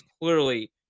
clearly